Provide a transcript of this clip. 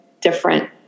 different